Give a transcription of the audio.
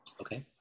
okay